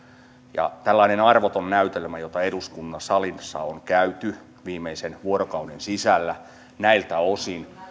ja tällainen arvoton näytelmä jota eduskunnan salissa on käyty viimeisen vuorokauden sisällä näiltä osin